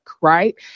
Right